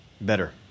better